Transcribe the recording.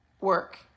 work